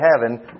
heaven